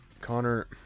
Connor